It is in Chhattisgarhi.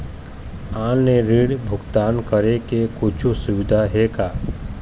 ऑनलाइन ऋण भुगतान करे के कुछू सुविधा हे का?